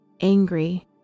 angry